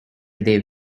they